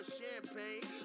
champagne